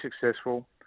successful